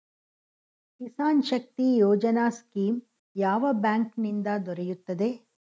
Kisan Shakti Yojana scheme ಯಾವ bank ನಿಂದ ದೊರೆಯುತ್ತದೆ?